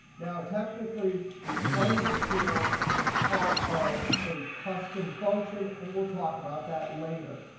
now technically the underscore is part of a custom function, and we'll talk about that later.